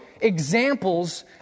examples